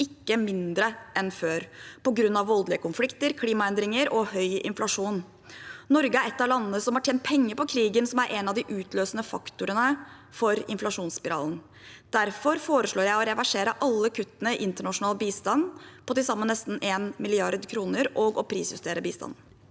ikke mindre enn før, på grunn av voldelige konflikter, klimaendringer og høy inflasjon. Norge er et av landene som har tjent penger på krigen, som er en av de utløsende faktorene for inflasjonsspiralen. Derfor foreslår jeg å reversere alle kuttene i internasjonal bistand, på til sammen nesten 1 mrd. kr, og å prisjustere bistanden.